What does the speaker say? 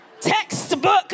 textbook